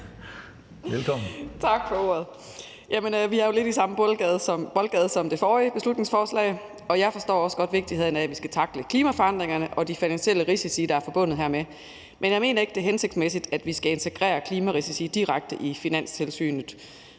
Tak for ordet.